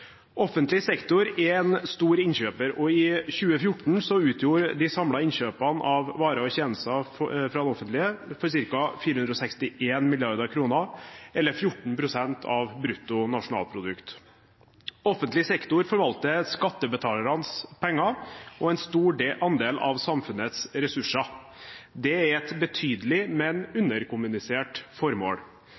Offentlig sektor er en stor innkjøper, og i 2014 utgjorde de samlede innkjøpene av varer og tjenester fra det offentlige ca. 461 mrd. kr, eller 14 pst. av brutto nasjonalproduktet. Offentlig sektor forvalter skattebetalernes penger og en stor andel av samfunnets ressurser. Det er et betydelig, men underkommunisert formål.